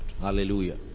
Hallelujah